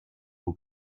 who